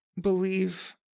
believe